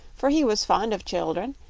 for he was fond of children,